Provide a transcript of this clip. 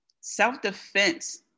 Self-defense